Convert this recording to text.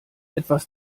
etwas